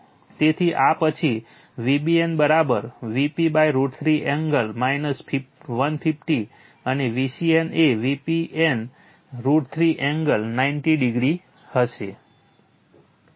તેથી આ પછી Vbn Vp√ 3 એંગલ 150 અને Vcn એ Vpn √ 3 એંગલ 90o હશે